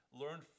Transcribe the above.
learn